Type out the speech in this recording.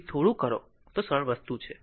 તેથી થોડુંક કરો તે સરળ વસ્તુ છે